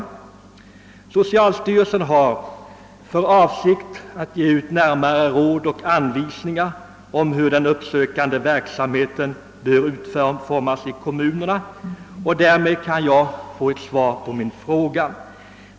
Inom socialstyrelsen har man för avsikt att ge ut närmare råd och anvisningar om hur den uppsökande verksamheten bör utformas ute i kommunerna, och med de anvisningarna kan jag också få svar på min fråga.